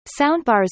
Soundbars